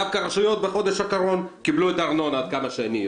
עד כמה שאני יודע דווקא הרשויות הן אלו שקיבלו את הארנונה בחודש האחרון.